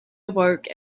awoke